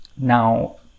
Now